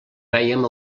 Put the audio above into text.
veiem